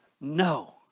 no